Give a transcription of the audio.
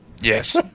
Yes